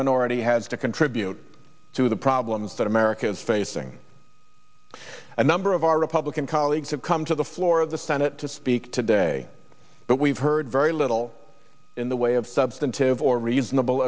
minority has to contribute to the problems that america is facing a number of our republican colleagues have come to the floor of the senate to speak today but we've heard very little in the way of substantive or reasonable